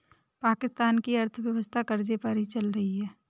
पाकिस्तान की अर्थव्यवस्था कर्ज़े पर ही चल रही है